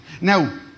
Now